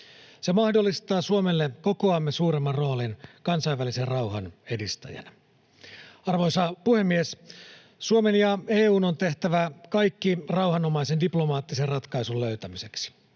Se mahdollistaa Suomelle kokoamme suuremman roolin kansainvälisen rauhan edistäjänä. Arvoisa puhemies! Suomen ja EU:n on tehtävä kaikki rauhanomaisen, diplomaattisen ratkaisun löytämiseksi.